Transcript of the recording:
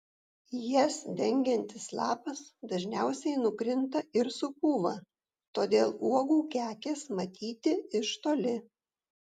jas dengiantis lapas dažniausiai nukrinta ir supūva todėl uogų kekės matyti iš toli